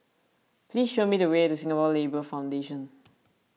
please show me the way to Singapore Labour Foundation